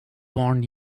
born